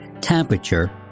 temperature